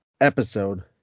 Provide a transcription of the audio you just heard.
episode